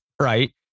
right